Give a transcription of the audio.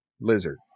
Lizard